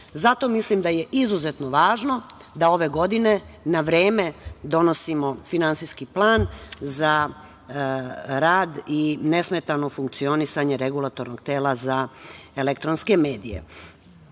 Zato mislim da je izuzetno važno da ove godine na vreme donosimo finansijski plan za rad i nesmetano funkcionisanje Regulatornog tela za elektronske medije. Ja